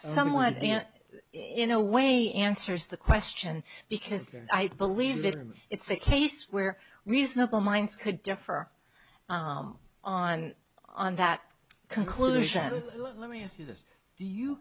somewhat in a way answers the question because i believe in me it's a case where reasonable minds could differ on on that conclusion let me ask you this do you